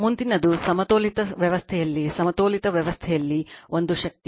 ಮುಂದಿನದು ಸಮತೋಲಿತ ವ್ಯವಸ್ಥೆಯಲ್ಲಿ ಸಮತೋಲಿತ ವ್ಯವಸ್ಥೆಯಲ್ಲಿ ಒಂದು ಶಕ್ತಿ